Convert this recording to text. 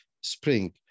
spring